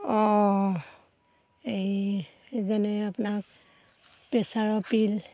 অঁ এই যেনে আপোনাক প্ৰেচাৰৰ পিল